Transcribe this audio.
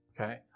okay